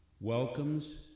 welcomes